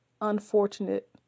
unfortunate